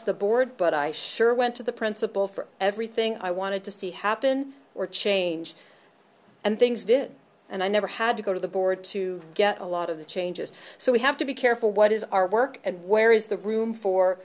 to the board but i sure went to the principal for everything i wanted to see happen or change and things did and i never had to go to the board to get a lot of the changes so we have to be careful what is our work and where is the room for